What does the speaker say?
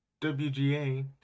wga